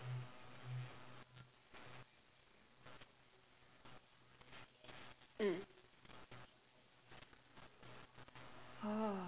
mm oh